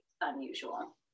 unusual